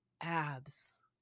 abs